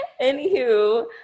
Anywho